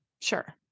Sure